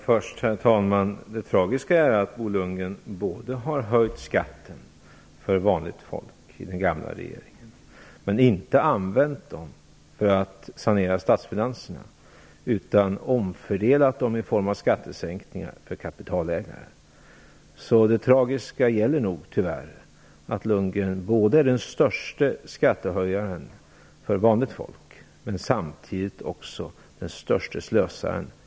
Herr talman! Det tragiska är att när Bo Lundgren satt i den gamla regeringen höjde han skatten för vanligt folk utan att använda pengarna till att sanera statsfinanserna. Han omfördelade dem i stället i form av skattesänkningar för kapitalägare. Det tragiska är nog att Bo Lundgren är den störste skattehöjaren för vanligt folk och samtidigt som han är den störste slösaren.